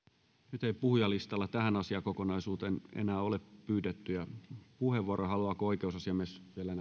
nyt ei puhujalistalla tähän asiakokonaisuuteen enää ole pyydettyjä puheenvuoroja haluaako oikeusasiamies vielä